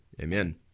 Amen